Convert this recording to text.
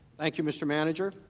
thank you mr. manager